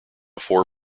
four